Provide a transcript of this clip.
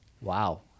Wow